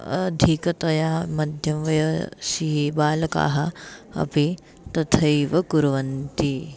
आधिकतया मध्यमवयसि बालकाः अपि तथैव कुर्वन्ति